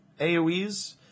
AoEs